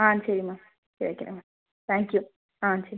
ஆ சரி மேம் சரி வைக்கிறேன் மேம் தேங்க் யூ ஆ சரி